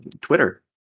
Twitter